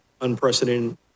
unprecedented